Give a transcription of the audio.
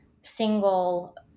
single